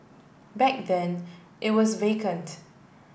back then it was vacant